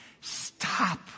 Stop